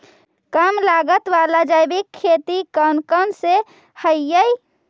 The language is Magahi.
कम लागत वाला जैविक खेती कौन कौन से हईय्य?